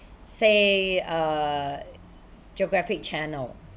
say a geographic channel